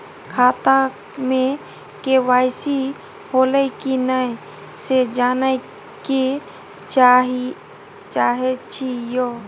खाता में के.वाई.सी होलै की नय से जानय के चाहेछि यो?